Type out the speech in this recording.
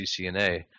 CCNA